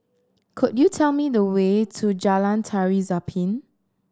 could you tell me the way to Jalan Tari Zapin